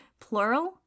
plural